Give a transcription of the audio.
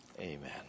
amen